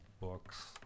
books